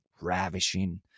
ravishing